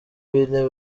w’intebe